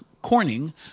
Corning